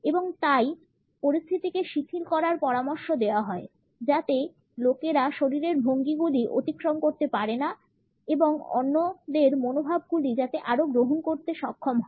এবং তাই পরিস্থিতিকে শিথিল করার পরামর্শ দেওয়া হয় যাতে লোকেরা শরীরের ভঙ্গিগুলি অতিক্রম করতে না পারে এবং তারা অন্যদের মনোভাবগুলি যাতে আরও গ্রহণ করতে সক্ষম হয়